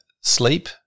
Sleep